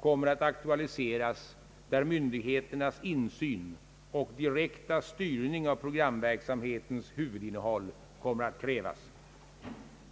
kommer att aktualiseras, där myndigheternas insyn och direkta styrning av programverksamhetens huvudinnehåll kommer att krävas.